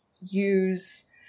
use –